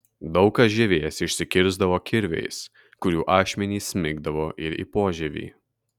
daug kas žievės išsikirsdavo kirviais kurių ašmenys smigdavo ir į požievį